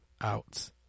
out